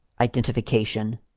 identification